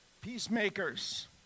Peacemakers